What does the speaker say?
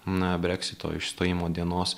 na breksito išstojimo dienos